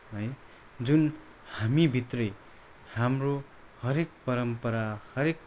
है जुन हामीभित्रै हाम्रो हरेक परम्परा हरेक